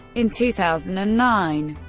in two thousand and nine,